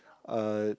uh